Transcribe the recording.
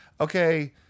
okay